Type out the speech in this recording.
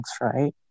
right